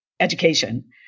Education